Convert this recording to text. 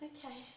Okay